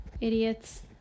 idiots